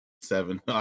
Seven